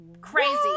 Crazy